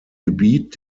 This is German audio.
gebiet